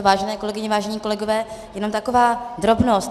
Vážené kolegyně, vážení kolegové, jenom taková drobnost.